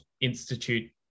Institute